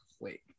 wait